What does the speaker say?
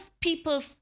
people